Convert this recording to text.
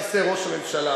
כיסא ראש הממשלה.